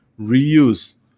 reuse